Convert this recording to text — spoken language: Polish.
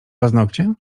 paznokcie